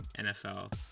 NFL